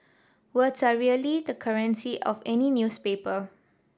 words are really the currency of any newspaper